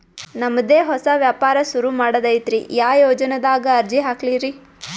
ನಮ್ ದೆ ಹೊಸಾ ವ್ಯಾಪಾರ ಸುರು ಮಾಡದೈತ್ರಿ, ಯಾ ಯೊಜನಾದಾಗ ಅರ್ಜಿ ಹಾಕ್ಲಿ ರಿ?